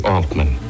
Altman